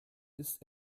ist